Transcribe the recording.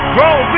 Grow